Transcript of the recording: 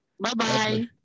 Bye-bye